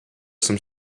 some